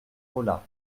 rollat